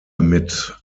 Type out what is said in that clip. mit